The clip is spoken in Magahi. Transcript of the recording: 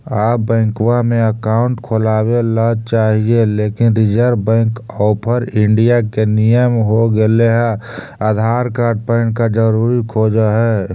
आब बैंकवा मे अकाउंट खोलावे ल चाहिए लेकिन रिजर्व बैंक ऑफ़र इंडिया के नियम हो गेले हे आधार कार्ड पैन कार्ड जरूरी खोज है?